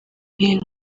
hino